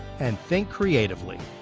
and think creatively.